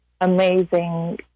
amazing